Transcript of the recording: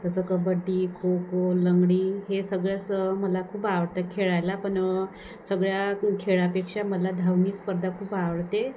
तसं कबड्डी खो खो लंगडी हे सगळंच मला खूप आवडतं खेळायला पण सगळ्या खेळापेक्षा मला धावणे स्पर्धा खूप आवडते